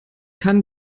kann